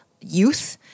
youth